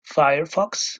firefox